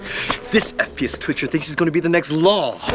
this fps twitcher thinks he's gonna be the next law!